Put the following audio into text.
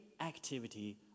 activity